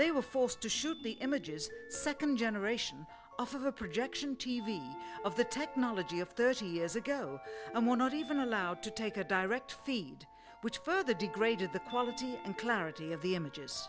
they were forced to shoot the images second generation of the projection t v of the technology of thirty years ago and were not even allowed to take a direct feed which further degraded the quality and clarity of the images